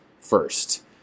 first